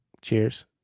Cheers